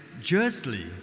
justly